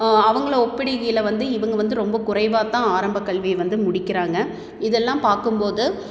அவங்கள ஒப்பிடுகையில வந்து இவங்க வந்து ரொம்ப குறைவாக தான் ஆரம்பக் கல்வியை வந்து முடிக்கிறாங்க இதெல்லாம் பார்க்கும் போது